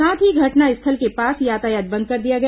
साथ ही घटनास्थल के पास यातायात बंद कर दिया गया